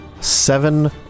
seven